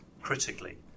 critically